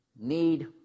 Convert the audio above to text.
need